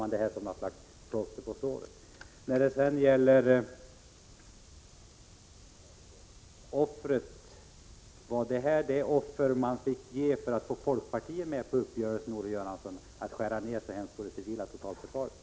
Var den stora nedskärningen när det gäller det civila totalförsvaret det offer man fick göra, Olle Göransson, för att få med folkpartiet på uppgörelsen?